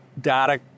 data